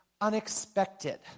unexpected